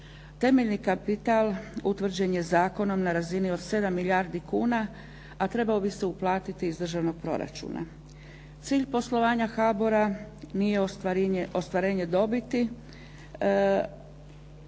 Temeljni kapital utvrđen je zakonom na razini od 7 milijardi kuna a trebao bi se uplatiti iz državnog proračuna. Cilj poslovanja HBOR-a nije ostvarenje dobiti